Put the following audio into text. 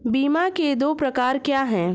बीमा के दो प्रकार क्या हैं?